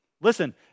Listen